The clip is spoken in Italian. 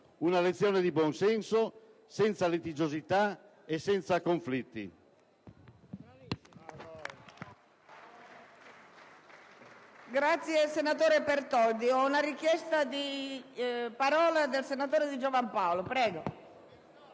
una lezione di buonsenso, senza litigiosità e senza conflitti.